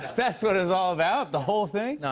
that's what it was all about? the whole thing? no